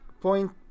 point